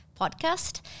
podcast